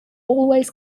always